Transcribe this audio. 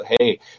hey